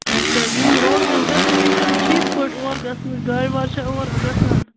آچھا یِم روڈ ووڈ فٮ۪سَلٹی چھِ حظ ٹھیٖک پٲٹھۍ اورٕ بیٚیہِ اوس مےٚ گاڑِ واڑِ چھےٚ اور گژھان